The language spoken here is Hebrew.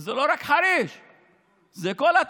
וזה בעצם הפרצוף שלכם.